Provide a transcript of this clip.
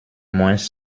moins